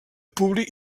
públic